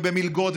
במלגות,